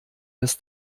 des